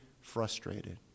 frustrated